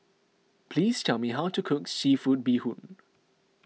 please tell me how to cook Seafood Bee Hoon